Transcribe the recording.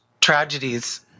tragedies